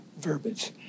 verbiage